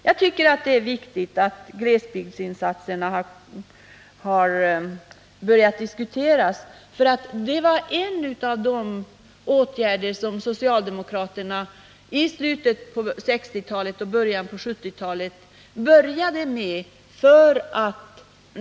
Jag tycker det är viktigt att glesbygdsinsatserna har börjat diskuteras, för det var en av de åtgärder som vi socialdemokrater i slutet på 1960-talet och början på 1970-talet förde fram.